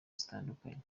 zitandukanye